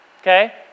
Okay